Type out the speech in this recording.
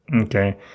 Okay